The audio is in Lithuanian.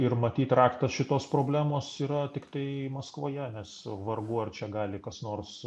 ir matyt raktas šitos problemos yra tiktai maskvoje nes vargu ar čia gali kas nors